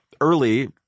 early